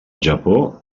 japó